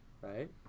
right